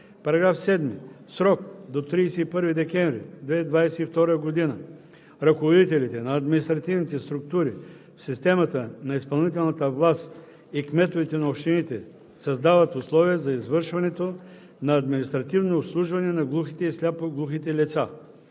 § 7: „§ 7. В срок до 31 декември 2022 г. ръководителите на административните структури в системата на изпълнителната власт и кметовете на общините създават условия за извършването на административно обслужване на глухите и сляпо-глухите лица.“